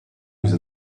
nous